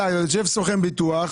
יושב סוכן ביטוח.